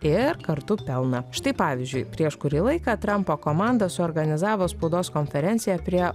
ir kartu pelną štai pavyzdžiui prieš kurį laiką trampo komanda suorganizavo spaudos konferenciją prie